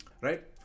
right